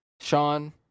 Sean